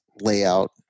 layout